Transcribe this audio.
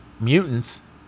mutants